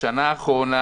בשנה האחרונה,